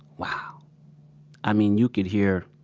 wow i mean, you could hear